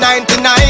99